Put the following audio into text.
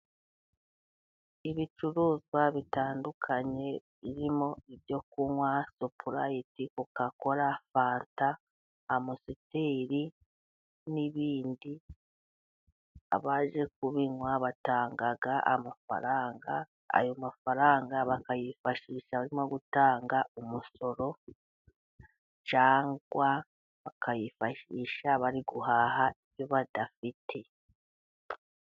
Ibicuruzwa bitandukanye birimo ibyo kunywa supurayiti ,kokakora, fanta, amusiteri n'ibindi, abaje kubinywa batanga amafaranga, ayo mafaranga bakayifashisha harimo gutanga umusoro, cyangwa bakayifashisha bari guhaha ibyo badafite.